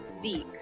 Zeke